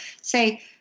say